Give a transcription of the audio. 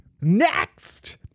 Next